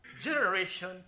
generation